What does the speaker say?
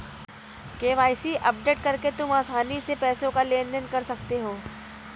KYC update करके तुम आसानी से पैसों का लेन देन कर सकते हो